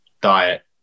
diet